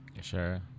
Sure